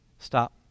Stop